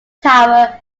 tower